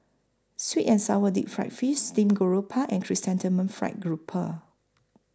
Sweet and Sour Deep Fried Face Steamed Grouper and Chrysanthemum Fried Grouper